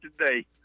today